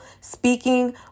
speaking